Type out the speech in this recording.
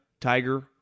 Tiger